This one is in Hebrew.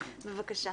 בבקשה.